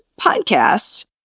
podcasts